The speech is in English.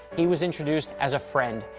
he was introduced as a friend,